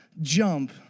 jump